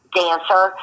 dancer